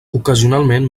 ocasionalment